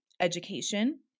education